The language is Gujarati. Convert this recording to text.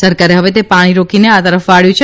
સરકારે હવે તે પાણી રોકીને આ તરફ વાળ્યું છે